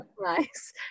Nice